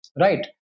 right